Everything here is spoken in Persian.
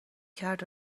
کرد